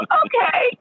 okay